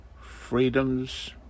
freedoms